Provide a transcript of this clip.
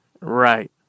Right